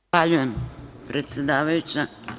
Zahvaljujem, predsedavajuća.